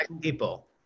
people